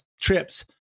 trips